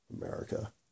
America